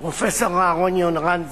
פרופסור אהרן יורן,